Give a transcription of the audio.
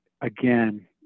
again